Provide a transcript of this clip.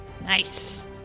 Nice